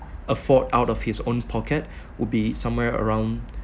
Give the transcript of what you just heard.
afford out of his own pocket would be somewhere around